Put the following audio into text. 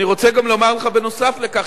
אני רוצה גם לומר לך נוסף על כך,